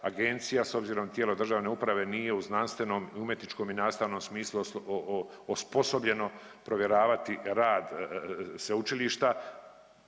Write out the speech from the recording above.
Agencija s obzirom da tijelo države uprave nije u znanstvenom, umjetničkom i nastavnom smislu osposobljeno provjeravati rad sveučilišta,